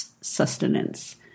sustenance